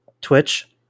Twitch